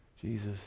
Jesus